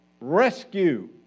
rescue